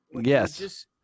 Yes